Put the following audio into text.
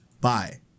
Bye